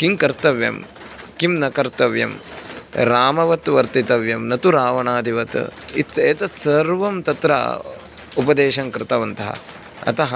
किं कर्तव्यं किं न कर्तव्यं रामवत् वर्तितव्यं न तु रावणादिवत् इति एतत् सर्वं तत्र उपदेशं कृतवन्तः अतः